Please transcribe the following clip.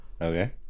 Okay